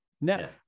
now